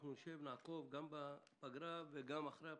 אנחנו נשב ונעקוב, גם בפגרה וגם אחרי הבחירות,